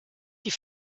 die